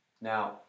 Now